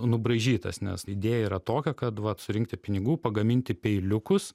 nubraižytas nes idėja yra tokia kad vat surinkti pinigų pagaminti peiliukus